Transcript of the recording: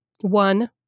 One